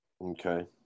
Okay